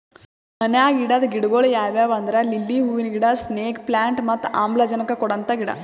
ಮನ್ಯಾಗ್ ಇಡದ್ ಗಿಡಗೊಳ್ ಯಾವ್ಯಾವ್ ಅಂದ್ರ ಲಿಲ್ಲಿ ಹೂವಿನ ಗಿಡ, ಸ್ನೇಕ್ ಪ್ಲಾಂಟ್ ಮತ್ತ್ ಆಮ್ಲಜನಕ್ ಕೊಡಂತ ಗಿಡ